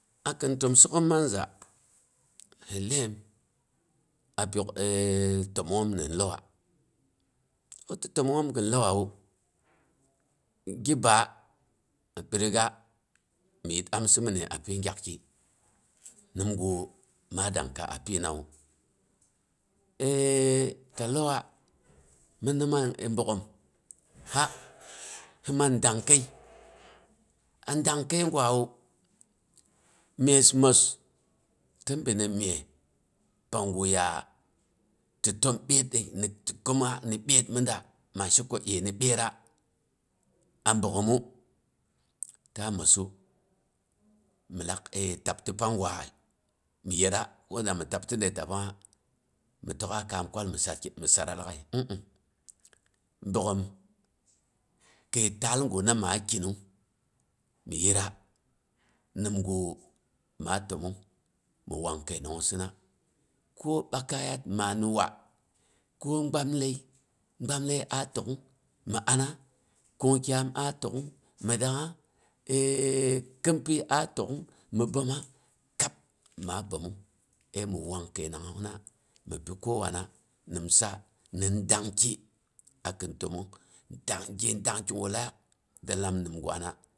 A khim tomsohom mang za, hi laiyim a pyok timmong hin lauwa, ti tommonghom hin lauwawu. Gi baa mhi piriga mhi yit amsi mhinai a pi gyak ki, nimgu ma danka a pinawu ta lauwa mhin na mang bogghom, a hi mang daang kai. An daang kai gwawu, mess mwos, tin bini mess pang guh ya ti tom byetdai ni ti kuma ni byet mi da ma sheko a ni byetda a bogghom, ta mwossu mi lak e tabti panggwa ni yedda, ko dami tabti ni tabbangha mi tokha kam kwal mi sar ki mi sara laaghai mh hm. Bogghom, kai taal gu na maa kinnung mi yira nimgu ma a tommong mi wang kainanghossina, ko ɓukayat ma ni wa, ko gbamlai, gbamlai a tokn mi ana, kung kyom a tohn mi dangha khinpyi a tokn mi bomma kab ma bommong ai mi wang kai nang na mi pi kowanna. Nimsa nindang ki a khin tommong, dangki ge dangki guh lak da lam nimgwa na.